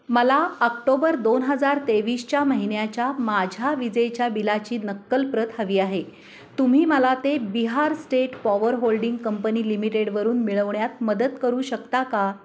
मला आक्टोबर दोन हजार तेवीसच्या महिन्याच्या माझ्या विजेच्या बिलाची नक्कल प्रत हवी आहे तुम्ही मला ते Bihar state power holding company लिमिटेडवरून मिळवण्यात मदत करू शकता का